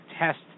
test